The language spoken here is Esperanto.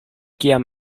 kiam